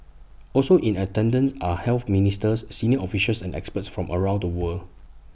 also in attendance are health ministers senior officials and experts from around the world